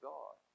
God